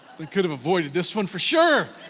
and could have avoided this one for sure.